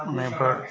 में पर